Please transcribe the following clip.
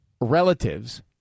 relatives